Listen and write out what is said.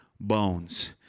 bones